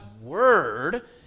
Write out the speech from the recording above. Word